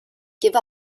give